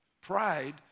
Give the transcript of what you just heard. Pride